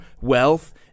wealth